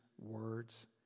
words